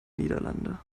niederlande